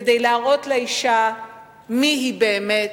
כדי להראות לאשה מי היא באמת,